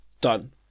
Done